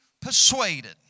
persuaded